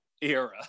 era